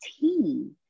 team